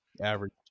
Average